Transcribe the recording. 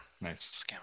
Nice